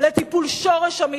לטיפול שורש אמיתי,